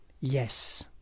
yes